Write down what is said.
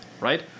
right